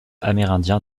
amérindiens